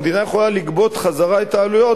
המדינה יכולה לגבות בחזרה את העלויות